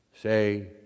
say